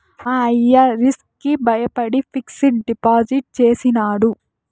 మా అయ్య రిస్క్ కి బయపడి ఫిక్సిడ్ డిపాజిట్ చేసినాడు